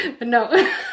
No